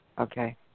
Okay